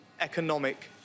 economic